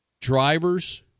drivers